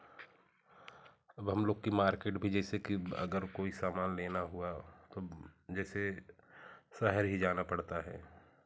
अब हम लोग की मार्केट भी जैसे की अगर कोई सामान लेना हुआ तब जैसे शहर ही जाना पड़ता है